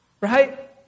right